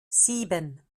sieben